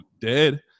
dead